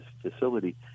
facility